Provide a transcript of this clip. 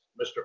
Mr